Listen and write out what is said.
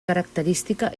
característica